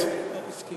יהיה מצוין.